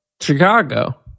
Chicago